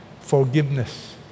Forgiveness